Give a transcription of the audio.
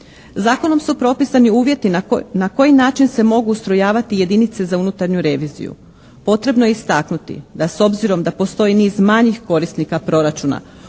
Zakonom su propisani uvjeti na koji način se mogu ustrojavati jedinice za unutarnju reviziju. Potrebno je istaknuti da s obzirom da postoji niz manjih korisnika proračuna